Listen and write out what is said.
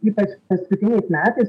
ypač paskutiniais metais